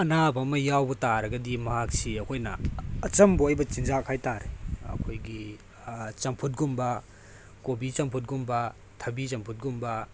ꯑꯅꯥꯕ ꯑꯃ ꯌꯥꯎꯕ ꯇꯥꯔꯒꯗꯤ ꯃꯍꯥꯛꯁꯤ ꯑꯩꯈꯣꯏꯅ ꯑꯆꯝꯕ ꯑꯣꯏꯕ ꯆꯤꯟꯖꯥꯛ ꯍꯥꯏꯇꯥꯔꯦ ꯑꯩꯈꯣꯏꯒꯤ ꯆꯝꯐꯨꯠꯀꯨꯝꯕ ꯀꯣꯕꯤ ꯆꯝꯐꯨꯠꯀꯨꯝꯕ ꯊꯕꯤ ꯆꯝꯐꯨꯠꯀꯨꯝꯕ